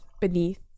beneath